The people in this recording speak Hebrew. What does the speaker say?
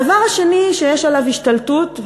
הדבר השני שיש עליו השתלטות,